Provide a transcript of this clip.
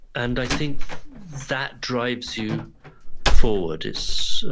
and i think that drives you forward. it's,